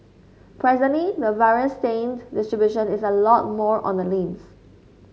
presently the virus strain distribution is a lot more on the limbs